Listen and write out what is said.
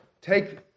take